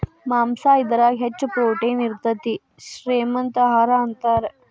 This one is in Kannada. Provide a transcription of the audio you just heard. ಮಾಂಸಾ ಇದರಾಗ ಹೆಚ್ಚ ಪ್ರೋಟೇನ್ ಇರತತಿ, ಶ್ರೇ ಮಂತ ಆಹಾರಾ ಅಂತಾರ